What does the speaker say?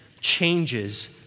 changes